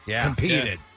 competed